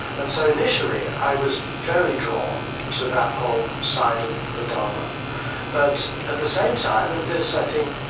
and so, initially, i was very drawn to that whole side of the dharma but at the same time and this, i think,